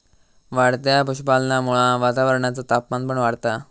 वाढत्या पशुपालनामुळा वातावरणाचा तापमान पण वाढता